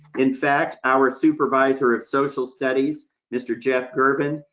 in fact, our supervisor of social studies, mr. jeff gervin,